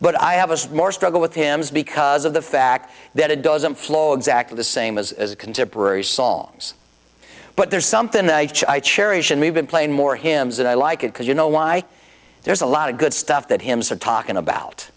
but i have a more struggle with him because of the fact that it doesn't flow exactly the same as a contemporary songs but there's something that i cherish and we've been playing more him that i like it because you know why there's a lot of good stuff that him so talking about